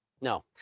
No